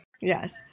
Yes